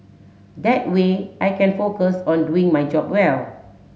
that way I can focus on doing my job well